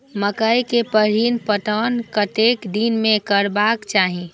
मकेय के पहिल पटवन कतेक दिन में करबाक चाही?